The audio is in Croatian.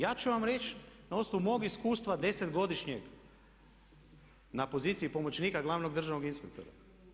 Ja ću vam reći na osnovu mog iskustva, 10-godišnjeg na poziciji pomoćnika glavnog državnog inspektora.